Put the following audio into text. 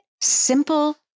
simple